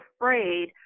afraid